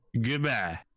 Goodbye